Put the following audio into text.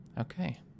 Okay